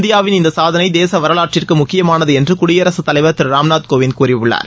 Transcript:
இந்தியாவின் இந்த சாதனை தேச வரலாற்றிற்கு முக்கியமானது என்று குடியரசுத் தலைவர் திரு ராம்நாத் கோவிந்த் கூறியுள்ளார்